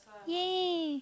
ya